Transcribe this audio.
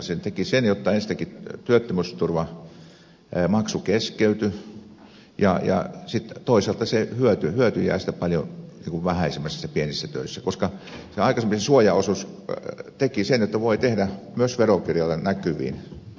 se teki sen jotta ensinnäkin työttömyysturvamaksu keskeytyi ja sitten toisaalta se hyöty jäi paljon vähäisemmäksi pienissä töissä koska se aikaisempi suojaosuus teki sen jotta voi tehdä myös verokirjalle näkyviin työtä